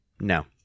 No